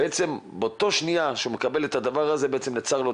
ובעצם באותה שניה שהוא מקבל את הדבר הזה הכל נעצר,